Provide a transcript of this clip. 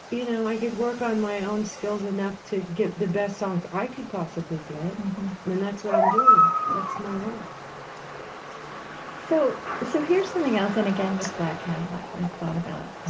you know, i could work on my own skills enough to get the best songs i could possible get mm-hmm and and that's what i'm doing. that's my life so so here's something else, and again with black cadillac, that i thought about.